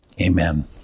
Amen